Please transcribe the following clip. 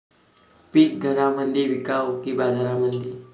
पीक घरामंदी विकावं की बाजारामंदी?